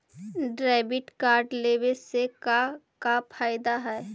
Debit card लेवे से का का फायदा है?